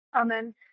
amen